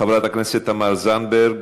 חברת הכנסת תמר זנדברג,